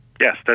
Yes